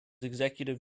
executive